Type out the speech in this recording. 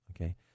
Okay